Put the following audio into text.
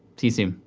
see you soon.